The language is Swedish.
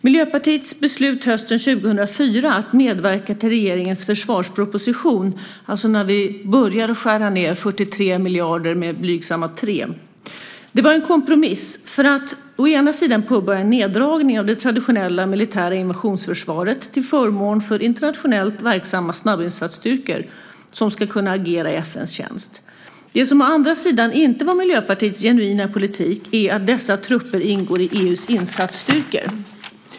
"Miljöpartiets beslut hösten 2004 att medverka till regeringens försvarsproposition" - när vi började skära ned 43 miljarder med blygsamma 3 - "var en kompromiss för att å ena sidan påbörja en neddragning av det traditionella militära invasionsförsvaret till förmån för internationellt verksamma snabbinsatsstyrkor som skall kunna agera i FN:s tjänst. Det som å andra sidan inte var Miljöpartiets genuina politik är att dessa trupper ingår i EU:s insatsstyrkor.